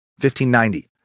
1590